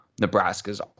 Nebraska's